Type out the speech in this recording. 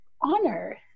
honor